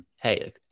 Hey